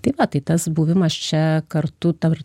tai va tai tas buvimas čia kartu tar